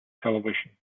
television